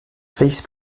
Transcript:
face